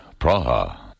Praha